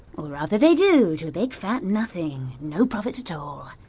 or rather they do to a big fat nothing! no profits at all!